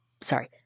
sorry